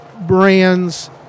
brand's